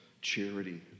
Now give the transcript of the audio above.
charity